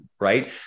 right